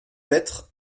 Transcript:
lettre